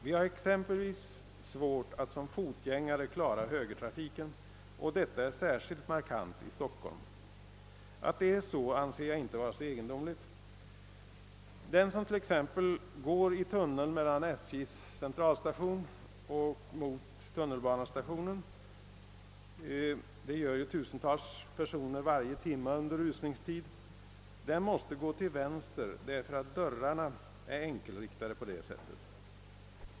Vi har exempelvis svårt att som fotgängare klara högertrafiken, och detta är särskilt markant i Stockholm. Att det är så anser jag inte vara så egendomligt. Den som t.ex. går i tunneln mellan SJ:s centralstation i Stockholm och tunnelbanestationen, något som tusentals personer gör varje timme under rusningstid, måste gå till vänster därför att dörrarna är enkelriktade på det sättet.